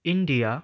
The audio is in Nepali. इन्डिया